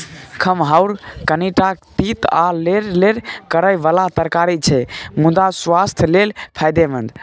खमहाउर कनीटा तीत आ लेरलेर करय बला तरकारी छै मुदा सुआस्थ लेल फायदेमंद